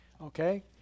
Okay